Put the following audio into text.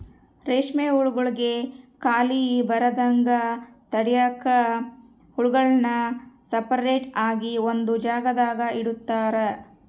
ರೇಷ್ಮೆ ಹುಳುಗುಳ್ಗೆ ಖಾಲಿ ಬರದಂಗ ತಡ್ಯಾಕ ಹುಳುಗುಳ್ನ ಸಪರೇಟ್ ಆಗಿ ಒಂದು ಜಾಗದಾಗ ಇಡುತಾರ